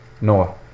Noah